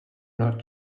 not